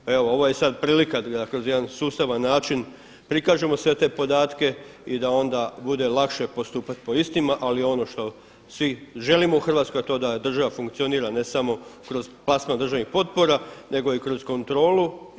Pa evo ovo je sada prilika da kroz jedan sustavan način prikažemo sve te podatke i da onda bude lakše postupati po istima ali ono što svi želimo u Hrvatskoj a to da država funkcionira ne samo kroz plasman državnih potpora nego i kroz kontrolu.